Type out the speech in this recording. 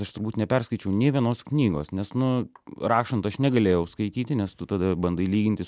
aš turbūt neperskaičiau nė vienos knygos nes nu rašant aš negalėjau skaityti nes tu tada bandai lygintis